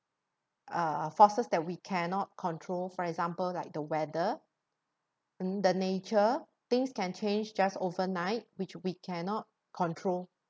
uh forces that we cannot control for example like the weather in the nature things can change just overnight which we cannot control